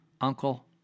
uncle